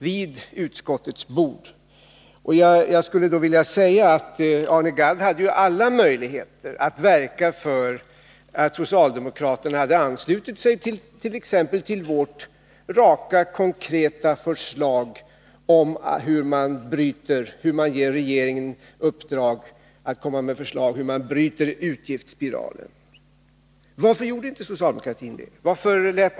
Jag skulle också vilja säga att Arne Gadd hade alla möjligheter att verka för att socialdemokraterna skulle ansluta sig exempelvis till vårt raka, konkreta förslag om att ge regeringen i uppdrag att lägga fram förslag om hur utgiftsspiralen skall brytas. Varför anslöt sig inte socialdemokratin till det förslaget?